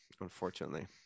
unfortunately